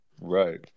right